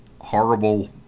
horrible